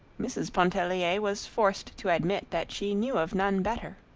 mrs. pontellier was forced to admit that she knew of none better.